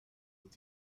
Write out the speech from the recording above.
with